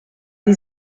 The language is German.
die